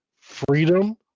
freedom